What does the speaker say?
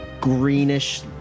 greenish